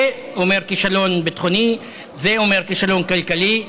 זה אומר כישלון ביטחוני, זה אומר כישלון כלכלי,